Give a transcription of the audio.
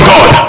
God